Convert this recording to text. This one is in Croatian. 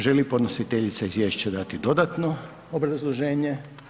Želi li podnositeljica Izvješća dati dodatno obrazloženje?